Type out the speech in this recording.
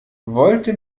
wollte